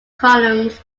columns